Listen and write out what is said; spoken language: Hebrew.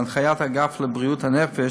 בהנחיית האגף לבריאות הנפש,